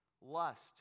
lust